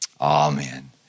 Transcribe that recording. amen